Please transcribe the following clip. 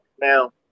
Now